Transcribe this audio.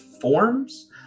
forms